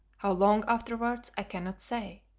how long afterwards i cannot say.